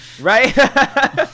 Right